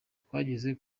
twageze